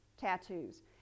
tattoos